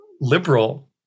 liberal